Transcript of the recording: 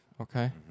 Okay